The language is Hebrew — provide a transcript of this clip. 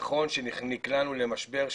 נכון שנקלענו למשבר,